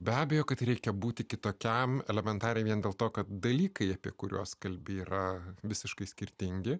be abejo kad reikia būti kitokiam elementariai vien dėl to kad dalykai apie kuriuos kalbi yra visiškai skirtingi